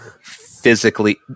physically